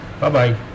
Bye-bye